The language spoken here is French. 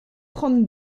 trente